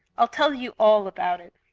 i'll tell you all about it.